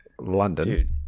london